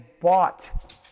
bought